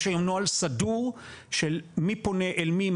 יש לנו נוהל סדור של מי פונה אל מי,